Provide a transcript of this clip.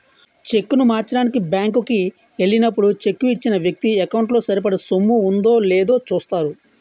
చెక్కును మార్చడానికి బ్యాంకు కి ఎల్లినప్పుడు చెక్కు ఇచ్చిన వ్యక్తి ఎకౌంటు లో సరిపడా సొమ్ము ఉందో లేదో చూస్తారు